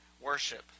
worship